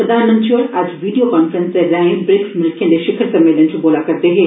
प्रधानमंत्री मोदी होर अज्ज वीडियो कांफ्रेंस दे राएं ब्रिक्स मुल्खे दे षिखर सम्मेलन च बोला करदे हे